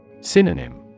Synonym